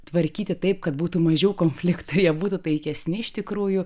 tvarkyti taip kad būtų mažiau konfliktų jie būtų taikesni iš tikrųjų